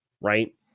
Right